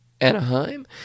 Anaheim